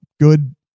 good